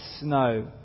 snow